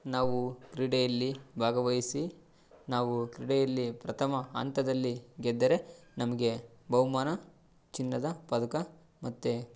ನಾವು ಕ್ರೀಡೆಯಲ್ಲಿ ಭಾಗವಹಿಸಿ ನಾವು ಕ್ರೀಡೆಯಲ್ಲಿ ಪ್ರಥಮ ಹಂತದಲ್ಲಿ ಗೆದ್ದರೆ ನಮಗೆ ಬಹುಮಾನ ಚಿನ್ನದ ಪದಕ ಮತ್ತು